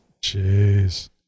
Jeez